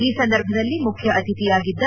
ಈ ಸಂದರ್ಭದಲ್ಲಿ ಮುಖ್ಯ ಅತಿಥಿಯಾಗಿದ್ದ